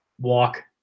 walk